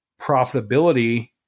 profitability